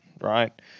right